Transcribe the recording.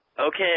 Okay